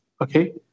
okay